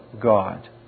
God